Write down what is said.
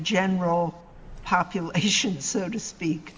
general population so to speak